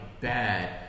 bad